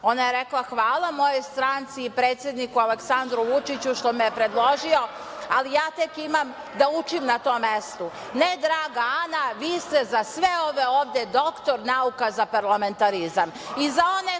Ona je rekla – hvala mojoj stranci i predsedniku Aleksandru Vučiću što me je predložio, ali ja tek imam da učim na tom mestu. Ne, draga Ana, vi ste za sve ove ovde doktor nauka za parlamentarizam,